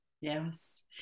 Yes